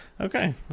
Okay